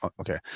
okay